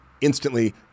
Instantly